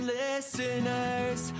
listeners